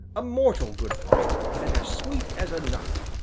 a mortal good pipe, and as sweet as a nut!